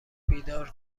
بیدار